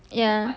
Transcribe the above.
ya